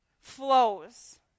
flows